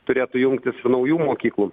turėtų jungtis ir naujų mokyklų